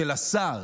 של השר,